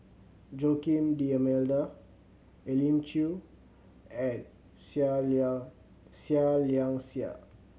Joaquim D'Almeida Elim Chew and Seah Liang Seah Liang Seah